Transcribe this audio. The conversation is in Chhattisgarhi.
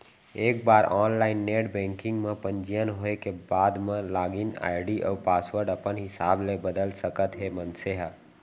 एक बार ऑनलाईन नेट बेंकिंग म पंजीयन होए के बाद म लागिन आईडी अउ पासवर्ड अपन हिसाब ले बदल सकत हे मनसे ह